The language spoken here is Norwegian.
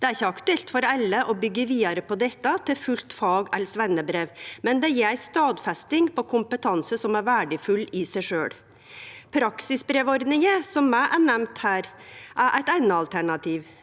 Det er ikkje aktuelt for alle å byggje vidare på dette til fullt fag- eller sveinebrev, men det gjev ei stadfesting av kompetanse som er verdifull i seg sjølv. Praksisbrevordninga, som òg er nemnd her, er eit anna alternativ.